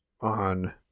on